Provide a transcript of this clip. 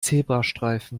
zebrastreifen